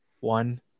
one